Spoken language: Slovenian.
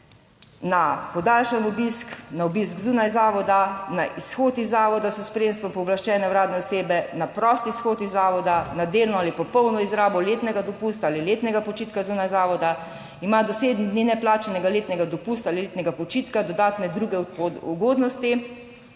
na podaljšan obisk, na obisk zunaj zavoda, na izhod iz zavoda s spremstvo pooblaščene uradne osebe, na prost izhod iz zavoda, na delno ali popolno izrabo letnega dopusta ali letnega počitka zunaj zavoda, ima do sedem dni neplačanega letnega dopusta ali letnega počitka, dodatne druge ugodnosti,